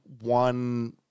one